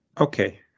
Okay